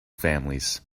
families